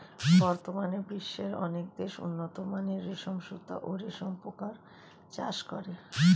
বর্তমানে বিশ্বের অনেক দেশ উন্নতমানের রেশম সুতা ও রেশম পোকার চাষ করে